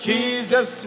Jesus